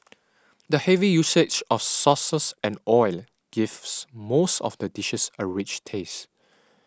the heavy usage of sauces and oil gives most of the dishes a rich taste